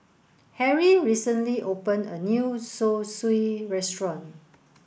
Harry recently open a new Zosui restaurant